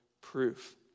proof